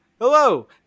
Hello